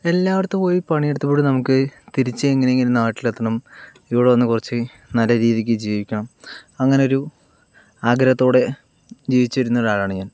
എല്ലായിടത്തും പോയി പണി എടുത്ത് ഇവിടെ നമുക്ക് തിരിച്ച് എങ്ങനെയെങ്കിലും നാട്ടിൽ എത്തണം ഇവിടെ വന്ന് കുറച്ച് നല്ല രീതിയ്ക്ക് ജീവിക്കണം അങ്ങനെയൊരു ആഗ്രഹത്തോടെ ജീവിച്ചിരുന്ന ഒരാളാണ് ഞാൻ